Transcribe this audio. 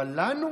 אבל לנו